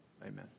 Amen